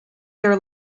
their